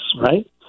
right